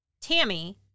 Tammy